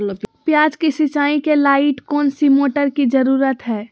प्याज की सिंचाई के लाइट कौन सी मोटर की जरूरत है?